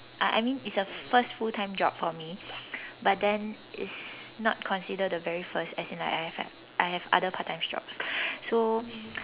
uh I I mean it's a first full time job for me but then it's not considered the very first as in like I have I have other part time jobs so